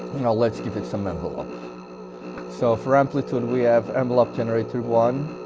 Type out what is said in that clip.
you know let's give it some envelope so for amplitude we have envelope generator one